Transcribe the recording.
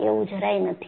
એવું જરાય નથી